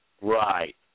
right